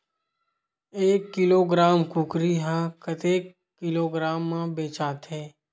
एक किलोग्राम कुकरी ह कतेक किलोग्राम म बेचाथे?